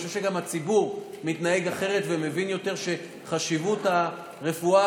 אני חושב שגם הציבור מתנהג אחרת ומבין יותר שחשיבות הרפואה,